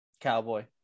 Cowboy